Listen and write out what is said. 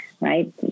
right